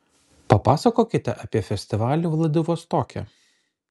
papasakokite apie festivalį vladivostoke